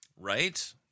right